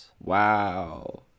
Wow